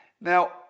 Now